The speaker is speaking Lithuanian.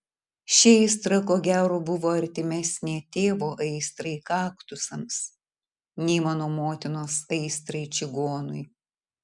ši aistra ko gero buvo artimesnė tėvo aistrai kaktusams nei mano motinos aistrai čigonui